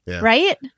Right